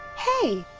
hey,